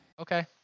Okay